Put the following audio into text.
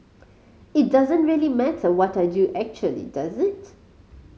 it doesn't really matter what I do actually does it